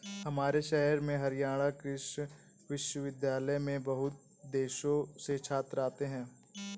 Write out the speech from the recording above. हमारे शहर में हरियाणा कृषि विश्वविद्यालय में बहुत देशों से छात्र आते हैं